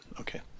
okay